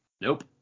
Nope